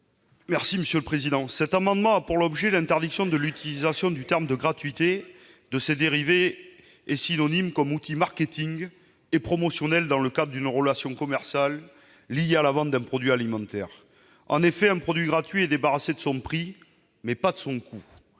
présenter l'amendement n° 74. Cet amendement a pour objet d'interdire l'utilisation du terme « gratuit » ou de ses dérivés et synonymes comme outil marketing et promotionnel dans le cadre d'une relation commerciale liée à la vente d'un produit alimentaire. En effet, un produit « gratuit » est un produit débarrassé de son prix, mais pas de son coût